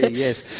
yes.